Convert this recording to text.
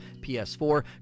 PS4